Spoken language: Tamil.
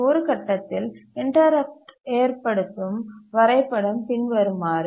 ஒரு கட்டத்தில் இன்டரப்ட் ஏற்படும் வரைபடம் பின்வருமாறு